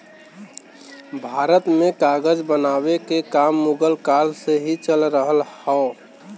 भारत में कागज बनावे के काम मुगल काल से ही चल रहल हौ